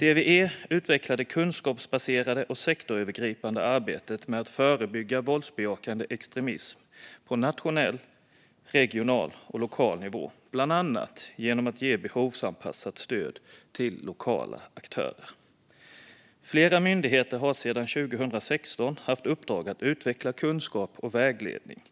CVE utvecklar det kunskapsbaserade och sektorsövergripande arbetet med att förebygga våldsbejakande extremism på nationell, regional och lokal nivå, bland annat genom att ge behovsanpassat stöd till lokala aktörer. Flera myndigheter har sedan 2016 haft uppdrag att utveckla kunskap och vägledning,